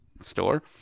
store